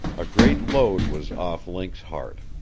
a great load was off link's heart.